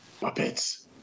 Muppets